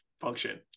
function